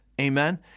Amen